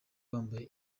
wambaye